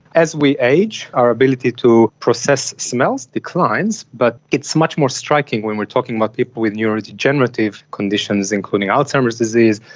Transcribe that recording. as we age, our ability to process smells declines, but it's much more striking when we are talking about people with neurodegenerative conditions including alzheimer's disease,